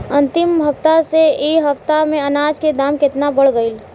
अंतिम हफ्ता से ए हफ्ता मे अनाज के दाम केतना बढ़ गएल?